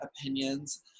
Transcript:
opinions